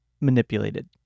manipulated